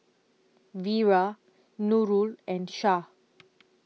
Wira Nurul and Shah